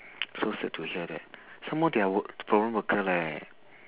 so sad to hear that some more they are work foreign worker leh